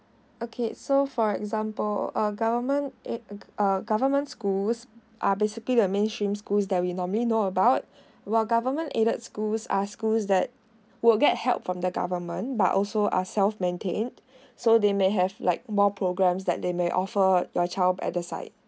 okay so for an example uh government aid uh government schools are basically the mainstream schools that we normally know about while government aided schools are schools that would get help from the government but also are self maintained so they may have like more programs that they may offer your child at the side